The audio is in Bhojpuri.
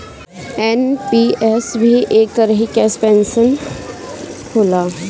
एन.पी.एस भी एक तरही कअ पेंशन होला